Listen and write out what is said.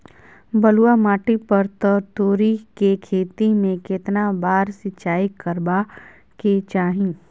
बलुआ माटी पर तोरी के खेती में केतना बार सिंचाई करबा के चाही?